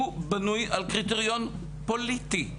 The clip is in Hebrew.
הוא בנוי על קריטריון פוליטי,